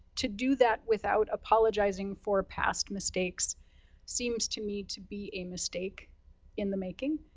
to do that without apologizing for past mistakes seems to me to be a mistake in the making.